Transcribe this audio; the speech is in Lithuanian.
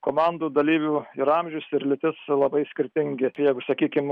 komandų dalyvių ir amžius ir lytis labai skirtingi jeigu sakykim